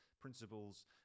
principles